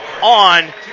on